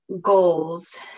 goals